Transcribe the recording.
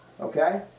okay